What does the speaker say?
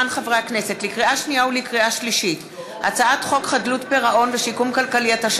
כי הצעת חוק ההתייעלות הכלכלית (תיקוני חקיקה